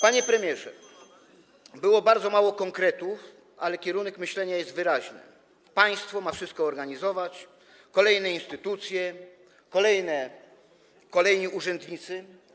Panie premierze, było bardzo mało konkretów, ale kierunek myślenia jest wyraźny: państwo ma wszystko organizować - kolejne instytucje, kolejni urzędnicy.